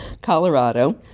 Colorado